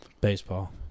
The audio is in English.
Baseball